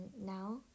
now